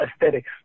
aesthetics